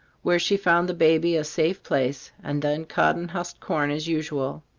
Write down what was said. where she found the baby a safe place, and then cut and husked corn as usual.